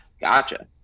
Gotcha